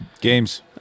Games